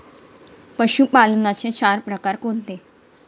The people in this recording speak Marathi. पशुपालनाचे चार प्रकार कोणते?